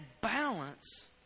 balance